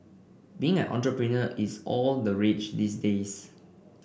being an entrepreneur is all the rage these days